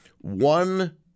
one